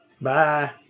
Bye